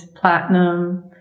platinum